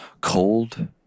cold